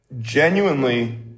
genuinely